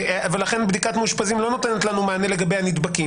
ולכן בדיקת מאושפזים לא נותנת לנו מענה לגבי הנדבקים.